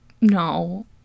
no